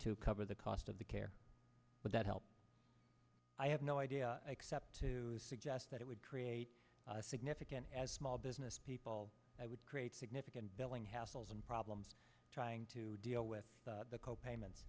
to cover the cost of the care but that help i have no idea except to suggest that it would create a significant as small business people i would create significant billing households and problems trying to deal with the co payments